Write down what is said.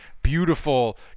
Beautiful